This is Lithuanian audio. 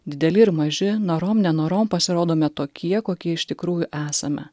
dideli ir maži norom nenorom pasirodome tokie kokie iš tikrųjų esame